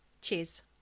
Cheers